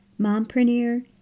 mompreneur